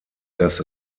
das